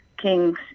kings